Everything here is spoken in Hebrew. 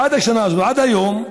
עד השנה הזאת, עד היום,